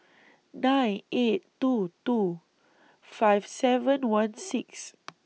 nine eight two two five seven one six